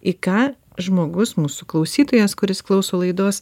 į ką žmogus mūsų klausytojas kuris klauso laidos